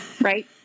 right